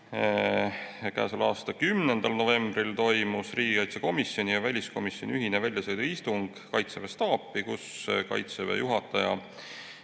Käesoleva aasta 10. novembril toimus riigikaitsekomisjoni ja väliskomisjoni ühine väljasõiduistung Kaitseväe peastaapi, kus Kaitseväe juhataja,